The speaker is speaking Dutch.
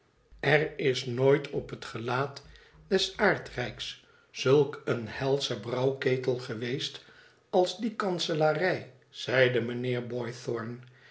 er is nooit op het gelaat des aardrijks zulk een helsche brouwketel geweest als die kanselarij zeide mijnheer